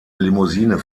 limousine